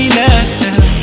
now